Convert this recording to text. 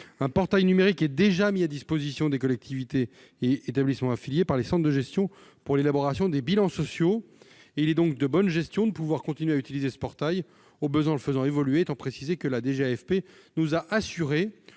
Un portail numérique est déjà mis à disposition des collectivités et établissements affiliés par les centres de gestion pour l'élaboration des bilans sociaux. Il est de bonne gestion de pouvoir continuer à utiliser ce portail, au besoin en le faisant évoluer, étant précisé que la direction générale